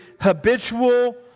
habitual